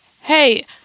hey